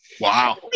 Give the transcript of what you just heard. wow